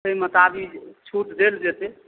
ताहि मोताबिक छूट देल जेतै